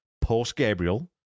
post-Gabriel